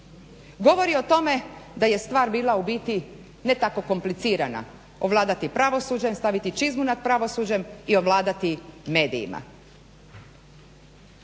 govori o tome da je stvar bila u biti ne tako komplicirana, ovladati pravosuđem, staviti čizmu nad pravosuđem i ovladati medijima.